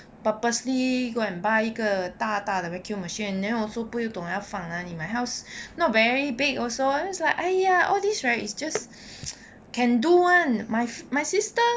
purposely go and buy 一个大大的 vacuum machine then also 不懂要放哪里 my house not very big also like !aiya! all these right it's just can do [one] my my sister